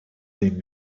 ten